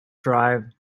drive